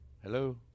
Hello